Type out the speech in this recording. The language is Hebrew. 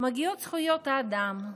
מגיעות זכויות האדם,